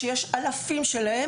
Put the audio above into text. שיש אלפים שלהן,